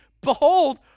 Behold